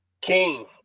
King